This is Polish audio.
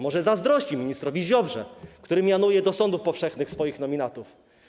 Może zazdrości ministrowi Ziobrze, który mianuje do sądów powszechnych swoich nominatów.